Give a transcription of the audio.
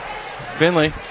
Finley